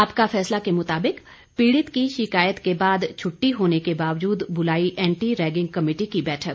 आपका फैसला के मुताबिक पीड़ित की शिकायत के बाद छुट्टी होने के बावजूद बुलाई एंटी रैगिंग कमेटी की बैठक